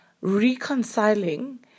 reconciling